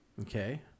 okay